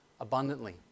abundantly